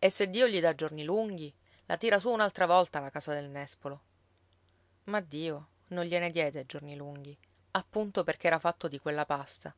e se dio gli dà giorni lunghi la tira su un'altra volta la casa del nespolo ma dio non gliene diede giorni lunghi appunto perché era fatto di quella pasta